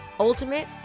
Ultimate